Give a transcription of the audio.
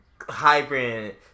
Hybrid